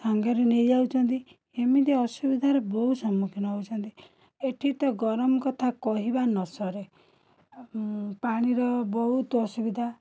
ସାଙ୍ଗରେ ନେଇଯାଉଛନ୍ତି ଏମିତି ଅସୁବିଧାରେ ବହୁତ ସମ୍ମୁଖୀନ ହେଉଛନ୍ତି ଏଇଠି ତ ଗରମ କଥା କହିବା ନ ସରେ ଉଁ ପାଣିର ବହୁତ ଅସୁବିଧା